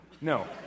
no